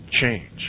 change